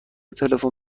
تلفن